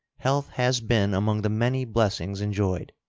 health has been among the many blessings enjoyed.